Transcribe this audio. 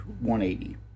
180